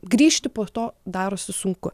grįžti po to darosi sunku